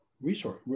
resource